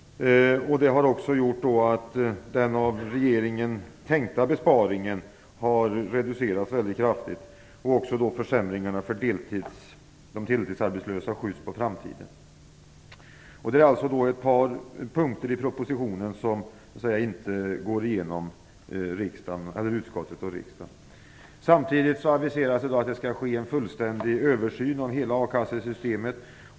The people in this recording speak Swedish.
Det har också gjort att den av regeringen tänkta besparingen har reducerats kraftigt. Försämringarna för de deltidsarbetslösa skjuts då på framtiden. Det är alltså ett par punkter i propositionen som så att säga inte går igenom utskottet och riksdagen. Samtidigt aviserar man i dag att det skall ske en fullständig översyn av hela a-kassesystemet.